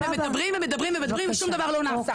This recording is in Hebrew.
ומדברים ומדברים ומדברים ושום דבר לא נעשה.